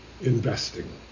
investing